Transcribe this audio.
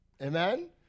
Amen